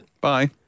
Bye